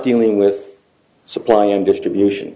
dealing with supply and distribution